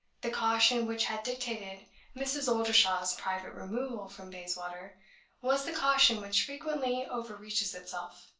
the caution which had dictated mrs. oldershaw's private removal from bayswater was the caution which frequently overreaches itself.